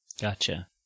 Gotcha